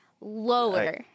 Lower